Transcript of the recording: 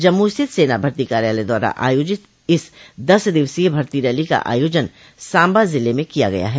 जम्मू स्थित सेना भर्ती कार्यालय द्वारा आयोजित इस दस दिवसीय भर्ती रैली का आयोजन सांबा जिले में किया गया है